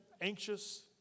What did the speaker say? anxious